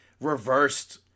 reversed